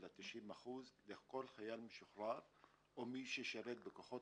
של ה-90% לכל חייל משוחרר או מי ששירת בכוחות